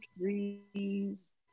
trees